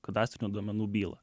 kadastrinių duomenų bylą